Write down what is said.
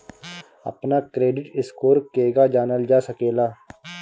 अपना credit score केगा जानल जा सकेला?